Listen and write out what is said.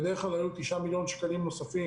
בדרך כלל היו לנו 9 מיליון שקלים נוספים